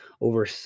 over